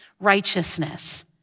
righteousness